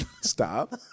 Stop